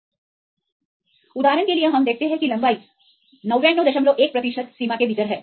For example we see the length 991 percent are within the limitउदाहरण के लिए हम देखते हैं कि लंबाई 991 प्रतिशत सीमा के भीतर है